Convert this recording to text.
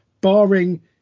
barring